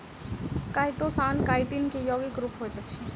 chitosan chitin के यौगिक रूप होइत अछि